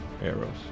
arrows